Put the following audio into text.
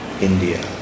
India